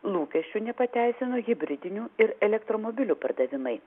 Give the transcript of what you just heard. lūkesčių nepateisino hibridinių ir elektromobilių pardavimai